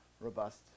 robust